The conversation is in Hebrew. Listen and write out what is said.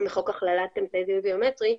מחוק הכללת אמצעי זיהוי ביומטרי,